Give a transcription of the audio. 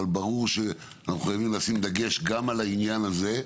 ברור שאנחנו חייבים לשים דגש גם על העניין הזה,